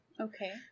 okay